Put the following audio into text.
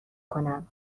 کنم